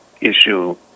issue